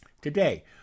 today